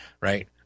right